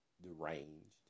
deranged